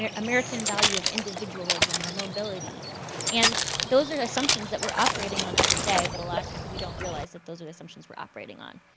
yeah american value of individualism individualism or mobility and those are assumptions that we're operating on every day but a lot of times we don't realize that those are the assumptions we're operating on.